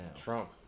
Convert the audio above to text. Trump